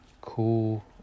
cool